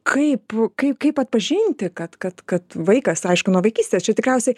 kaip kaip kaip atpažinti kad kad kad vaikas aišku nuo vaikystės čia tikriausiai